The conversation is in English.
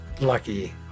Lucky